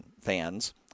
fans